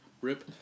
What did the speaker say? Rip